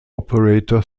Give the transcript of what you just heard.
operator